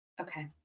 Okay